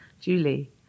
Julie